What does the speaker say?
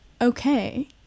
okay